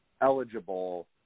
eligible